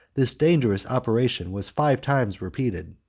this dangerous operation was five times repeated.